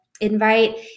invite